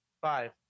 five